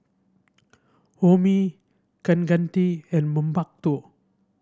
Homi Kaneganti and Mankombu